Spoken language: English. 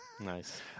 Nice